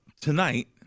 tonight